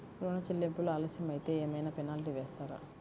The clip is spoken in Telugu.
ఋణ చెల్లింపులు ఆలస్యం అయితే ఏమైన పెనాల్టీ వేస్తారా?